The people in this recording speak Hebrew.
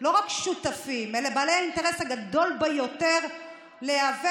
לא רק שותפים אלא בעלי האינטרס הגדול ביותר להיאבק,